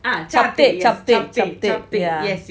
chapteh chapteh chapteh yeah